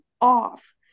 off